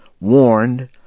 warned